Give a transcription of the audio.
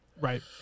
Right